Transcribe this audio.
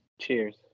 cheers